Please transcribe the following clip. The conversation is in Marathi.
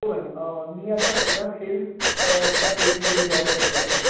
हो मॅडम मी आत्ता सध्या सेल्स च्या फील्डमध्ये जॉब करतो आहे